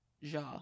Ja